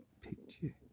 picture